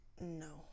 No